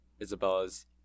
isabella's